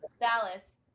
Dallas